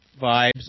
vibes